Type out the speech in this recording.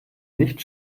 nicht